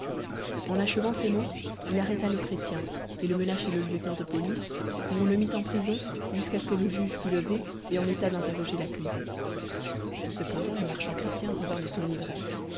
en achevant ces mots il arrêta le chrétien et le mena chez le lieutenant de police où on le mit en prison jusqu'à ce que le juge fût levé et en état d'interroger l'accusé cependant le marchand chrétien revint de son ivresse